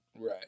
Right